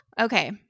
Okay